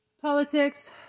Politics